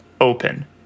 open